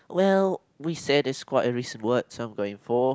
well we said this quite a recent word so I'm going for